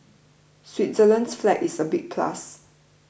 Switzerland's flag is a big plus